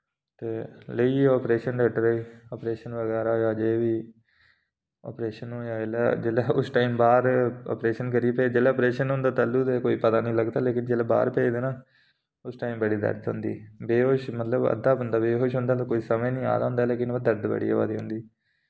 ते लेई गे आपरेशन थेटर आपरेशन बगैरा होआ जे बी आपरेशन होआ जिल्लै जिल्लै उस टाइम बाद आपरेशन करी भेजेआ जिल्लै आपरेशन होंदा तैलूं ते कोई पता नि लगदा लेकिन जिल्लै बाह्र भेजदे ना उस टाइम बड़ी दर्द होंदी बेहोश मतलब अद्धा बंदा बेहोश होंदा ते कुछ समझ नि आ दा होंदा लेकिन वा दर्द बड़ी होआ दी होंदी